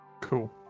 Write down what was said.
Cool